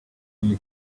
you